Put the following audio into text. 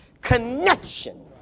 connection